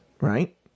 right